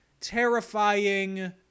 terrifying